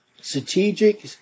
strategic